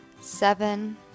seven